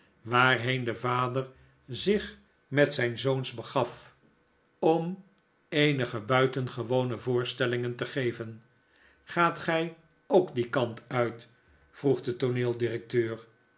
waarheen de vader zich met zijn zoons begaf om eenige buitengewone voorstellingen te geven gaat gij ook dien kant uit